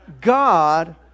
God